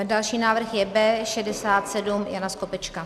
Další návrh je B67 Jana Skopečka.